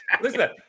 Listen